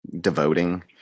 devoting